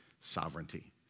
sovereignty